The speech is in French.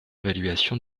évaluation